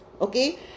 Okay